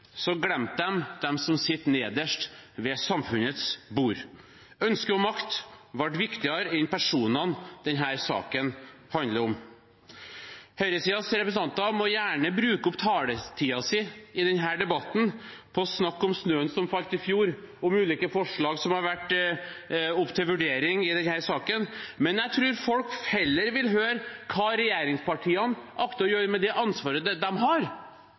dem som sitter nederst ved samfunnets bord. Ønsket om makt ble viktigere enn personene denne saken handler om. Høyresidens representanter må gjerne bruke opp taletiden sin i denne debatten på å snakke om snøen som falt i fjor, om ulike forslag som har vært oppe til vurdering i denne saken, men jeg tror folk heller vil høre hva regjeringspartiene akter å gjøre med det ansvaret de har – her og nå, i dag og i morgen. Det har